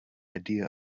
idea